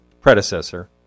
predecessor